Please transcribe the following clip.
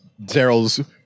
daryl's